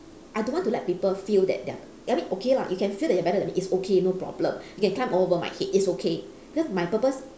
I don't want to let people feel that they are I mean okay lah you can feel that you are better than me it's okay no problem you can climb over my head it's okay because my purpose